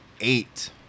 eight